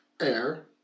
air